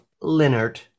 leonard